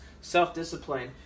self-discipline